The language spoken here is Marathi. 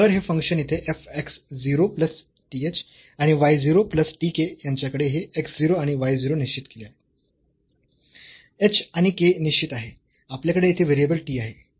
तर हे फंक्शन येथे f x 0 प्लस th आणि y 0 प्लस tk यांच्याकडे हे x 0 आणि y 0 निश्चित केलेले आहे h आणि k निश्चित आहे आपल्याकडे येथे व्हेरिएबल t आहे